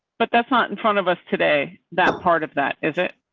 but that's not in front of us today that part of that is it.